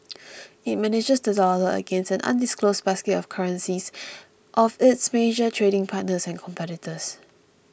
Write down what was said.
it manages the dollar against an undisclosed basket of currencies of its major trading partners and competitors